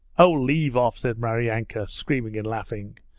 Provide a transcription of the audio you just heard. oh, leave off said maryanka, screaming and laughing.